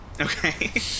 okay